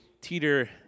teeter